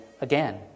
again